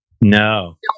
No